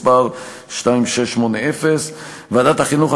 מס' 2680. ועדת החינוך,